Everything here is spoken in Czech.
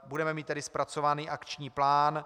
Budeme mít tedy zpracovaný akční plán.